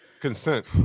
Consent